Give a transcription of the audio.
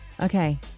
okay